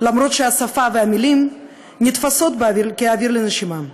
למרות שהשפה והמילים נתפסות כאוויר לנשימה.